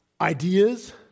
Ideas